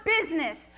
business